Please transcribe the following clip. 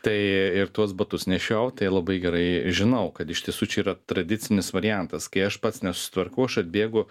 tai ir tuos batus nešiojau tai labai gerai žinau kad iš tiesų čia yra tradicinis variantas kai aš pats nesusitvarkau aš atbėgu